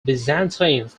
byzantines